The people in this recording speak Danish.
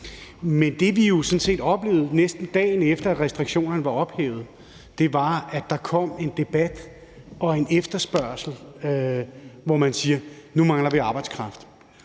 sådan set oplevede, næsten dagen efter at restriktionerne var ophævet, var, at der kom en debat og en efterspørgsel, hvor man siger: Nu mangler vi arbejdskraft.